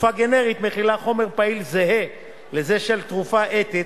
תרופה גנרית מכילה חומר פעיל זהה לזה של תרופה אתית,